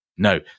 No